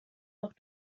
auch